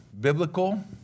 Biblical